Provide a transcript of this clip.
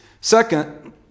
Second